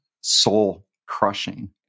soul-crushing